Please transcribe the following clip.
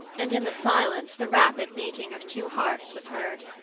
and in the silence the rapid beating of two hearts was heard.